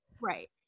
Right